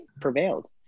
prevailed